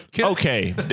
Okay